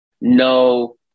no